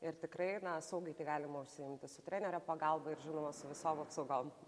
ir tikrai na saugai tai galima užsiimti su trenerio pagalba ir žinoma su visom apsaugom